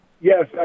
Yes